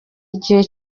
igihe